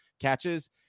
catches